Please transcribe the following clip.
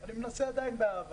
אני מנסה עדיין באהבה.